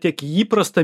tiek į įprastą